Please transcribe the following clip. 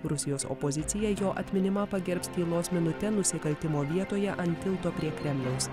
rusijos opozicija jo atminimą pagerbs tylos minute nusikaltimo vietoje ant tilto prie kremliaus